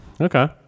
Okay